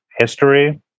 history